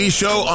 show